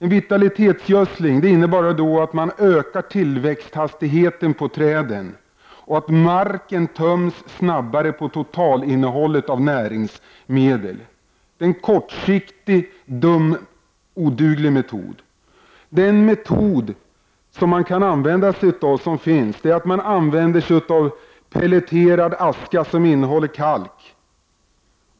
Vitaliseringsgödsling innebär bara att man ökar trädens tillväxthastighet och att marken töms snabbare på totalinnehållet av näringsmedel. Det är en kortsiktig, dum, oduglig metod. En metod som man kan an vända sig av är pelleterad aska som innehåller kalk.